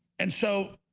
and so